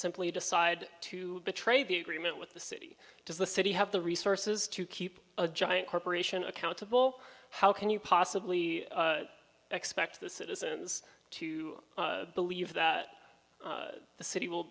simply decide to betray the agreement with the city does the city have the resources to keep a giant corporation accountable how can you possibly expect the citizens to believe that the city will